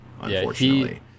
Unfortunately